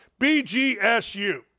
BGSU